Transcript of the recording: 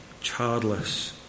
childless